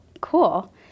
cool